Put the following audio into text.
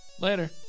later